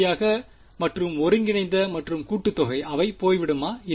சரியாக மற்றும் ஒருங்கிணைந்த மற்றும் கூட்டுத்தொகை அவை போய்விடுமா